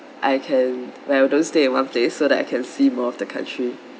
I can where I don't stay in one place so that I can see more of the country